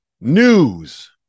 news